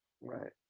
Right